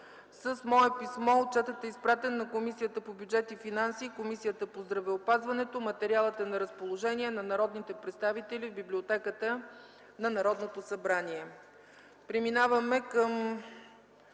С мое писмо отчетът е изпратен на Комисията по бюджет и финанси и Комисията по здравеопазването. Материалът е на разположение на народните представители в Библиотеката на Народното събрание.